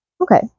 Okay